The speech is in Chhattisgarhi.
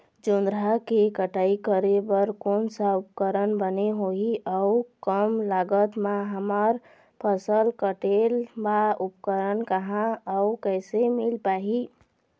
जोंधरा के कटाई करें बर कोन सा उपकरण बने होही अऊ कम लागत मा हमर फसल कटेल बार उपकरण कहा अउ कैसे मील पाही?